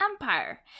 Empire